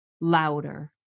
louder